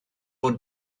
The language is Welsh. fod